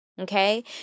okay